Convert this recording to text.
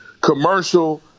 commercial